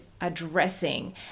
addressing